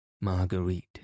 Marguerite